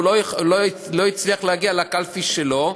והוא לא הצליח להגיע לקלפי שלו.